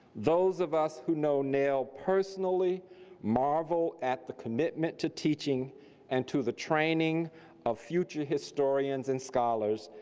those of us who know nell personally marvel at the commitment to teaching and to the training of future historians and scholars.